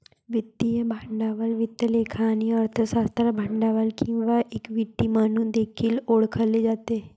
वित्तीय भांडवल वित्त लेखा आणि अर्थशास्त्रात भांडवल किंवा इक्विटी म्हणून देखील ओळखले जाते